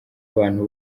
abantu